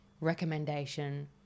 recommendation